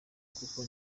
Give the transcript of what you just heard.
kuko